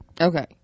Okay